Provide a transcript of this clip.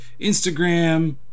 Instagram